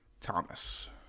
thomas